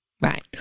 Right